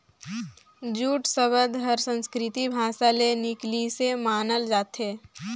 jute सबद हर संस्कृति भासा ले निकलिसे मानल जाथे